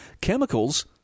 Chemicals